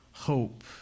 hope